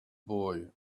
boy